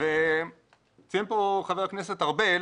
וציין פה ח"כ ארבל